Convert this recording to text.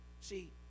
See